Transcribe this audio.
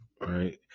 right